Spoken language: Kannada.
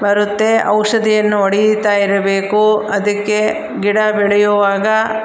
ಬರುತ್ತೆ ಔಷಧಿಯನ್ನು ಹೊಡೀತಾ ಇರಬೇಕು ಅದಕ್ಕೆ ಗಿಡ ಬೆಳೆಯುವಾಗ